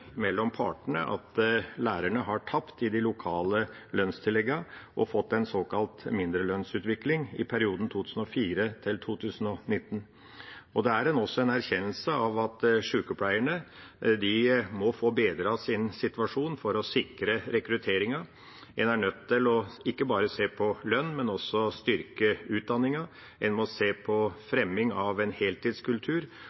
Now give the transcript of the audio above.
mellom partene at lærerne har tapt i de lokale lønnstilleggene og fått en såkalt mindrelønnsutvikling i perioden 2004–2019. Det er også en erkjennelse av at sykepleierne må få bedret sin situasjon for å sikre rekrutteringen. En er nødt til ikke bare å se på lønn, men også på å styrke utdanningen. En må se på